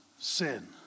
Sin